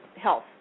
health